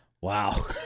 Wow